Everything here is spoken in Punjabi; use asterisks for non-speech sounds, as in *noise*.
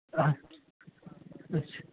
*unintelligible* ਅੱਛਾ